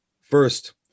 First